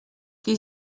qui